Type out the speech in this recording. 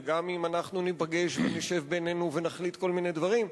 וגם אם אנחנו ניפגש ונחליט כל מיני דברים,